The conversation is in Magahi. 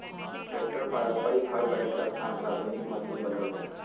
ट्रैक्टर पारम्परिक हर बैल के स्थान पर आधुनिक मशिन बनल हई